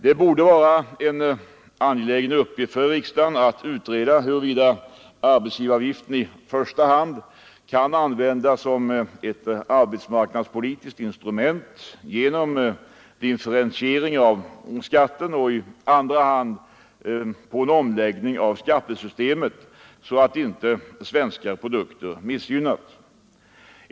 Det borde vara en angelägen uppgift för riksdagen att utreda i första hand huruvida arbetsgivaravgiften kan användas som ett arbetsmarknadspolitiskt instrument genom differentiering av skatten och i andra hand huruvida en omläggning av skattesystemet kan göras så att inte svenska produkter missgynnas.